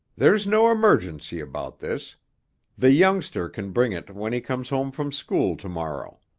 there's no emergency about this the youngster can bring it when he comes home from school tomorrow.